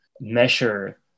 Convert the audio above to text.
measure